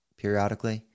periodically